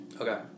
Okay